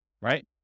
right